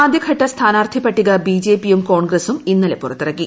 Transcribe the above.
ആദ്യ ഘട്ട സ്ഥാനാർത്ഥി പട്ടിക ബിജെപിയും കോൺഗ്രസ്സും ഇന്നലെ പുറത്തിറക്കി